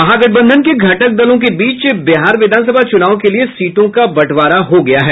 महागठबंधन के घटक दलों के बीच बिहार विधानसभा चुनाव के लिए सीटों का बंटवारा हो गया है